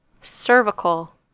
cervical